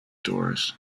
doors